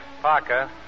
Parker